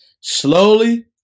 slowly